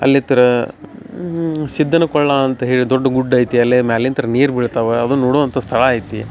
ಅಲ್ಲಿತ್ರ ಸಿದ್ದನಕೊಳ್ಳ ಅಂತ ಹೇಳಿ ದೊಡ್ಡ ಗುಡ್ಡ ಐತಿ ಅಲ್ಲಿ ಮ್ಯಾಲಿಂತ್ರ ನೀರು ಬೀಳ್ತವೆ ಅದು ನೋಡುವಂಥ ಸ್ಥಳ ಐತಿ